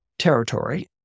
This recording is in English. Territory